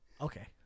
Okay